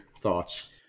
thoughts